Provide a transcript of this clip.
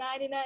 99